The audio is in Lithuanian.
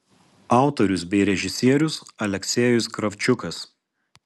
autorius bei režisierius aleksejus kravčiukas